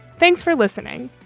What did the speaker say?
thanks for listening.